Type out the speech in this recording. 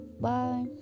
bye